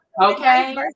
Okay